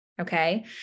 Okay